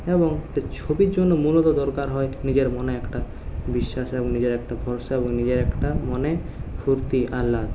এবং সে ছবির জন্য মূলত দরকার হয় নিজের মনে একটা বিশ্বাস এবং নিজের একটা ভরসা এবং নিজের একটা মনে ফুর্তি আহ্লাদ